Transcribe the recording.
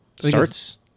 starts